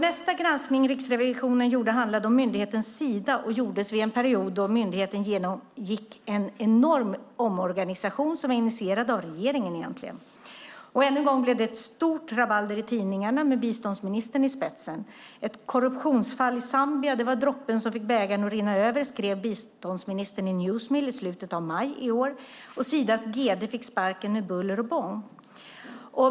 Nästa granskning som Riksrevisionen gjorde handlade om myndigheten Sida och gjordes vid en period då myndigheten genomgick en enorm omorganisation, som egentligen var initierad av regeringen. Än en gång blev det stort rabalder i tidningarna, med biståndsministern i spetsen. Ett korruptionsfall i Zambia var "droppen som fick bägaren att rinna över", skrev biståndsministern i Newsmill i slutet av maj i år, och Sidas generaldirektör fick sparken med buller och bång.